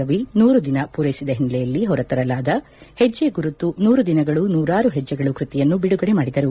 ರವಿ ನೂರು ದಿನ ಪೂರೈಸಿದ ಹಿನ್ನೆಲೆಯಲ್ಲಿ ಹೊರತರಲಾದ ಹೆಜ್ಜೆ ಗುರುತು ನೂರು ದಿನಗಳು ನೂರಾರು ಹೆಜ್ಜೆಗಳು ಕೃತಿಯನ್ನು ಬಿಡುಗಡೆ ಮಾಡಿದರು